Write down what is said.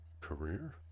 career